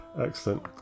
Excellent